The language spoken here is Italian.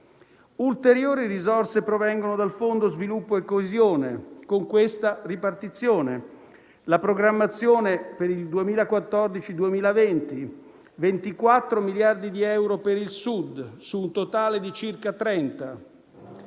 Ulteriori risorse provengono dal Fondo per lo sviluppo e la coesione, con questa ripartizione: nella programmazione per il 2014-2020, sono previsti 24 miliardi di euro per il Sud, su un totale di circa 30,